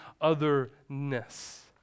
otherness